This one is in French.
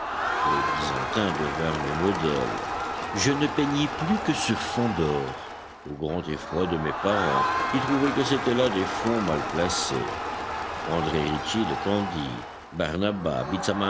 les byzantins devinrent mes modèles je ne peignis plus que sur fond d'or au grand effroi de mes parents qui trouvaient que c'étaient là des fonds mal placés andré ricci de candie barnaba